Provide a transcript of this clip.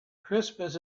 christmas